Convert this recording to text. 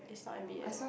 it's not m_b_s